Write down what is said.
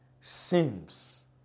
seems